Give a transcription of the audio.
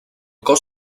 cos